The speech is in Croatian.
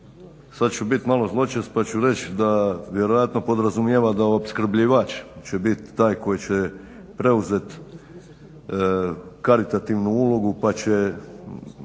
Sada ću biti malo zločest pa ću reći da vjerojatno podrazumijeva da opskrbljivač će biti taj koji će preuzeti karitativnu ulogu pa će